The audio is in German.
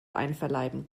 einverleiben